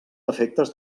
efectes